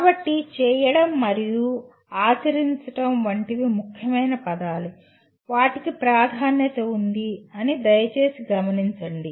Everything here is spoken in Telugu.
కాబట్టి చేయడం మరియు ఆచరించడం వంటివి ముఖ్యమైన పదాలు వాటికి ప్రాధాన్యత ఉంది అని దయచేసి గమనించండి